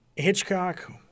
Hitchcock